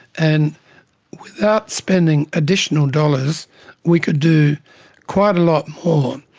and without spending additional dollars we could do quite a lot more.